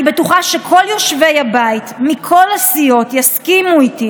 אני בטוחה שכל יושבי הבית מכל הסיעות יסכימו איתי